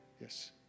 Yes